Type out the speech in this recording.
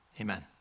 Amen